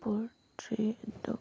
ꯄꯣꯔꯇ꯭ꯔꯦ ꯑꯗꯨꯒ